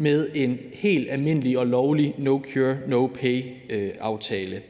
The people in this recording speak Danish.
med en helt almindelig og lovlig no-cure-no-pay-aftale.